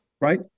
Right